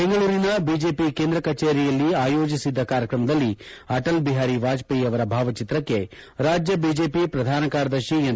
ಬೆಂಗಳೂರಿನ ಬಿಜೆಪಿ ಕೇಂದ್ರ ಕಚೇರಿಯಲ್ಲಿ ಆಯೋಜಿಸಿದ್ದ ಕಾರ್ಯಕ್ರಮದಲ್ಲಿ ಅಟಲ್ ಬಿಹಾರಿ ವಾಜಪೇಯಿ ಅವರ ಭಾವಚಿತ್ರಕ್ಕೆ ರಾಜ್ಯ ಬಿಜೆಪಿ ಪ್ರಧಾನ ಕಾರ್ಯದರ್ಶಿ ಎನ್